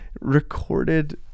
recorded